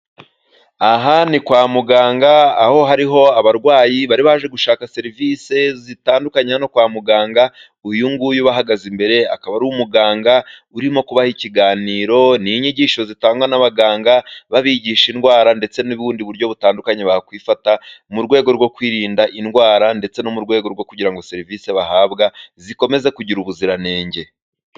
Aha ni kwa muganga aho hariho abarwayi, bari baje gushaka serivisi zitandukanye hano kwa muganga, uyu nguyu ubahagaze imbere akaba ari umuganga, urimo kubaha ikiganiro n'inyigisho zitangwa n'abaganga, b'abigisha indwara ndetse n'ubundi buryo butandukanye, bakwifata mu rwego rwo kwirinda indwara ndetse no mu rwego rwo kugira ngo serivisi bahabwa zikomeze kugira ubuziranenge.